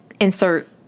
insert